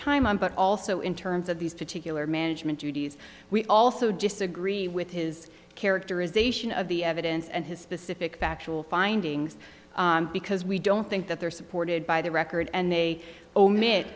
time on but also in terms of these particular management duties we also disagree with his characterization of the evidence and his specific factual findings because we don't think that they're supported by the record and they o